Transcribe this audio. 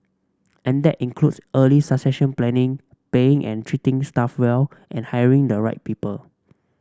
and that includes early succession planning paying and treating staff well and hiring the right people